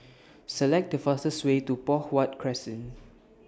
Select The fastest Way to Poh Huat Crescent